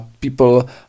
people